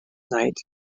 night